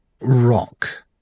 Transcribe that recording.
rock